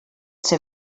ser